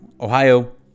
Ohio